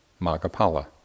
magapala